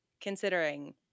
considering